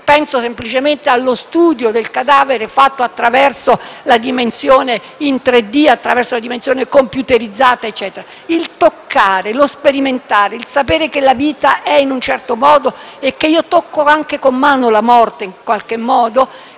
(penso semplicemente allo studio del cadavere fatto attraverso la rappresentazione in 3D, attraverso la dimensione computerizzata). Il toccare, lo sperimentare, il sapere che la vita è in un certo modo e che io tocco anche con mano la morte, contribuisce a